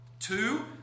Two